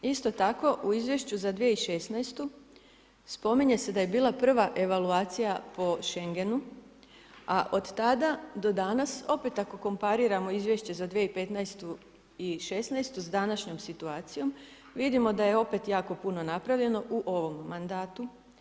Isto tako u izvješću za 2016. spominje se da je bila prva evaluacija po Schengenu a od tada do danas opet ako kompariramo izvješće za 2015. i 2016. sa današnjom situacijom, vidimo da je opet jako puno napravljeno u ovom mandatu.